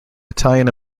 italian